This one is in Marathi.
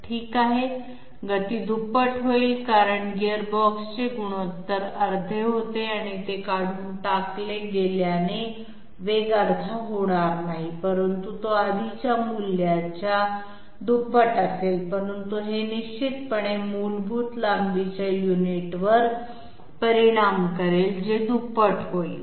ठीक आहे गती दुप्पट होईल कारण गीअरबॉक्सचे गुणोत्तर अर्धे होते आणि ते काढून टाकले गेल्याने वेग अर्धा होणार नाही परंतु तो आधीच्या मूल्याच्या दुप्पट असेल परंतु हे निश्चितपणे मूलभूत लांबीच्या युनिटवर परिणाम करेल जे दुप्पट होईल